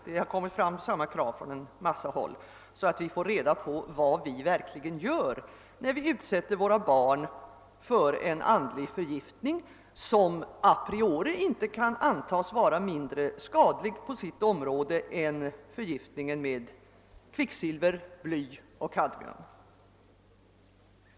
Det har framförts liknande krav från en mängd håll. Man vill få reda på vilka följder det i själva verket får när vi utsätter våra barn för en sådan andlig förgiftning, som a priori inte kan antas vara mindre skadlig på sitt område än förgiftning med kvicksilver, bly och kadmium.